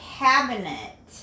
cabinet